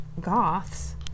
goths